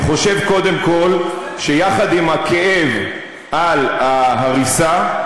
אני חושב, קודם כול, שיחד עם הכאב על ההריסה,